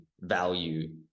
value